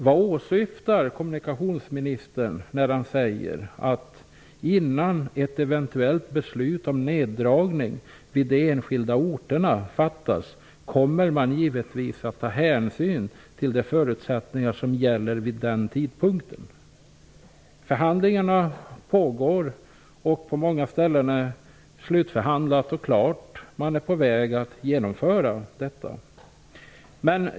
Jag vill fråga vad kommunikationsministern åsyftar när han säger följande: ''Innan ett eventuellt beslut om neddragning vid de enskilda orterna fattas kommer man givetvis att ta hänsyn till de förutsättningar som gäller vid den tidpunkten.'' Förhandlingar pågår, och på många ställen har man förhandlat klart och är på väg att genomföra detta.